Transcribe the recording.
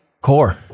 Core